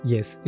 Yes